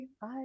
Bye